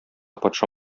патша